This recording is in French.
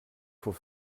faut